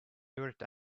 dirt